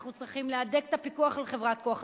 אנחנו צריכים להדק את הפיקוח על חברות כוח-אדם,